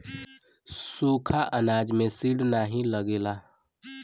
सुखा अनाज में सीड नाही लगेला